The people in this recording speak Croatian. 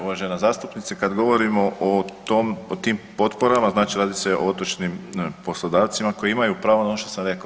Uvažena zastupnice kad govorimo o tom, o tim potporama, znači radi se o otočnim poslodavcima koji imaju pravo na ono što sam rekao.